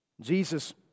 Jesus